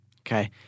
Okay